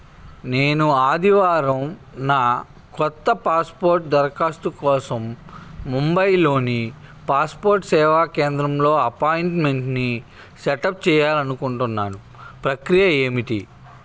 నేను ఆదివారంన కొత్త పాస్పోర్ట్ దరఖాస్తు కోసం ముంబైలోని పాస్పోర్ట్ సేవా కేంద్రంలో అపాయింట్మెంట్ని సెటప్ చేయాలి అ అనుకుంటున్నాను ప్రక్రియ ఏమిటి